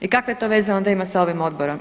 I kakve to veze onda ima sa ovim Odborom?